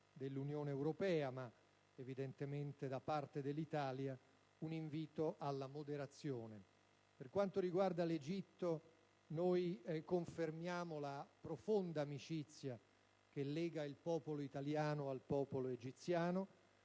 dell'Unione europea, ma evidentemente lo impone anche da parte dell'Italia - un invito alla moderazione. Per quanto riguarda l'Egitto, confermiamo la profonda amicizia che lega il popolo italiano al popolo egiziano